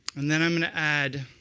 and then i'm going to add